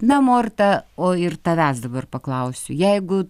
na morta o ir tavęs dabar paklausiu jeigu